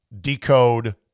decode